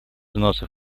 взносы